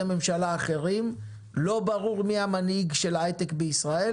ממשלה לא ברור מי המנהיג של ההייטק בישראל.